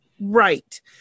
Right